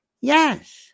Yes